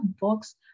books